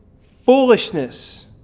foolishness